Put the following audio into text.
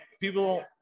people